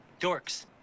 Dorks